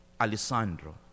Alessandro